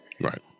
Right